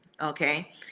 okay